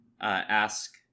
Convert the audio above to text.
ask